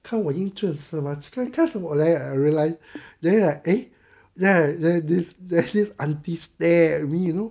看我英俊是吗 that's where I realise then I they then I there's I there's this aunty stare at me you know